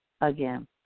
Again